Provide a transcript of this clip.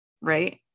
right